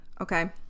okay